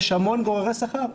יש המון גוררי שכר,